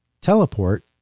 teleport